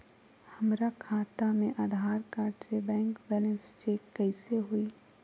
हमरा खाता में आधार कार्ड से बैंक बैलेंस चेक कैसे हुई?